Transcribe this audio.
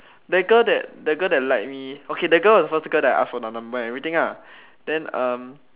that girl that the girl that like me okay that girl was the first girl that I asked for the number and everything ah then um